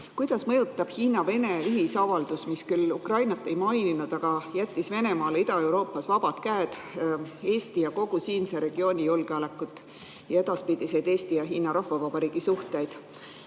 Kuidas mõjutab Hiina-Vene ühisavaldus, mis küll Ukrainat ei maininud, aga jättis Venemaale Ida-Euroopas vabad käed, Eesti ja kogu siinse regiooni julgeolekut ja edaspidiseid Eesti ja Hiina Rahvavabariigi suhteid?